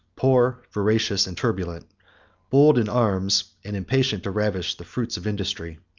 poor, voracious, and turbulent bold in arms, and impatient to ravish the fruits of industry.